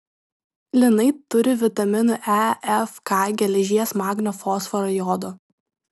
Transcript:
linai turi vitaminų e f k geležies magnio fosforo jodo